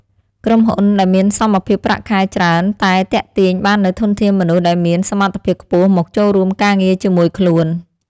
ក្រុមហ៊ុនដែលមានសមភាពប្រាក់ខែច្រើនតែទាក់ទាញបាននូវធនធានមនុស្សដែលមានសមត្ថភាពខ្ពស់មកចូលរួមការងារជាមួយខ្លួន។